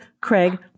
Craig